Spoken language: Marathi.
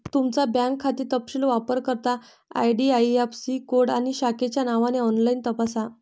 तुमचा बँक खाते तपशील वापरकर्ता आई.डी.आई.ऍफ़.सी कोड आणि शाखेच्या नावाने ऑनलाइन तपासा